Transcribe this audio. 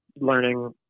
learning